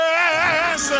Yes